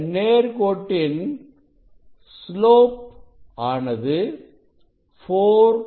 இந்த நேர்கோட்டின் ஸ்லோப் ஆனது4 λR